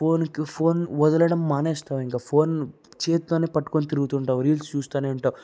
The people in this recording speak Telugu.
ఫోన్కు ఫోన్ వదలడం మానేస్తావు ఇంకా ఫోన్ చేతితోనే పట్టుకొని తిరుగుతూ ఉంటావు రీల్స్ చూస్తూనే ఉంటావు